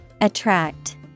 Attract